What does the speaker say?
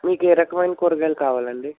మీకు ఏ రకమైన కూరగాయలు కావాలండి